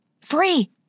Free